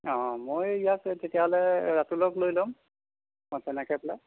অ মই ইয়াক তেতিয়াহ'লে ৰাতুলক লৈ ল'ম মই